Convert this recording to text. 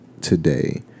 today